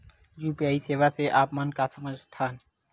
UPI सेवा से आप मन का समझ थान?